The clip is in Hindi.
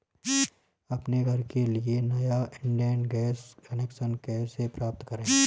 अपने घर के लिए नया इंडियन गैस कनेक्शन कैसे प्राप्त करें?